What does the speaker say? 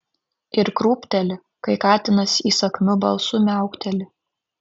ir krūpteli kai katinas įsakmiu balsu miaukteli